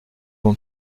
bon